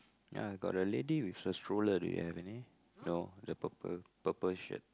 ya got a lady with her stroller do you have any no the purple purple shirt